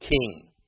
king